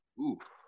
Oof